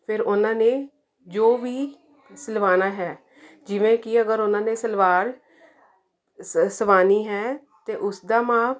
ਫਿਰ ਉਹਨਾਂ ਨੇ ਜੋ ਵੀ ਸਲਵਾਣਾ ਹੈ ਜਿਵੇਂ ਕਿ ਅਗਰ ਉਹਨਾਂ ਨੇ ਸਲਵਾਰ ਸ ਸਵਾਣੀ ਹੈ ਅਤੇ ਉਸ ਦਾ ਮਾਪ